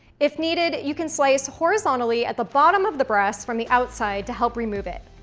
if needed, you can slice horizontally at the bottom of the breast from the outside to help remove it.